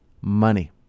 money